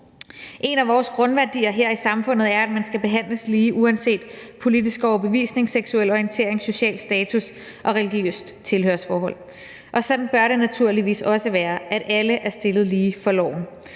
En af vores grundværdier her i samfundet er, at man skal behandles lige uanset politisk overbevisning, seksuel orientering, social status og religiøst tilhørsforhold, og sådan bør det naturligvis også være: at alle er stillet lige for loven.